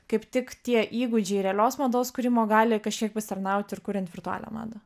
kaip tik tie įgūdžiai realios mados kūrimo gali kažkiek pasitarnauti ir kuriant virtualią madą